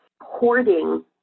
hoarding